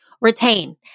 Retain